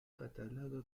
catalogue